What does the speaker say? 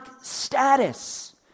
status